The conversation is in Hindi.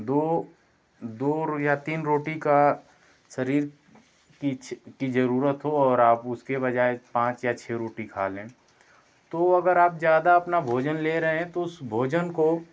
दो दो रो या तीन रोटी का शरीर किछ कि जरूरत हो और आप उसके बजाय पाँच या छः रोटी खा लें तो अगर आप ज़्यादा अपना भोजन ले रहे हैं तो उस भोजन को